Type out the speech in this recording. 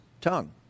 tongue